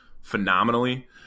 phenomenally